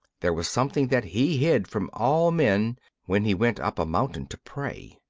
there was something that he hid from all men when he went up a mountain to pray.